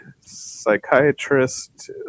psychiatrist